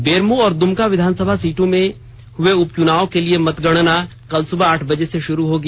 बेरमो और दुमका विधानसभा सीटों में हुये उपचुनाव के लिए मतगणना कल सुबह आठ बजे से शुरू ले होगी